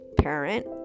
parent